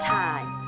time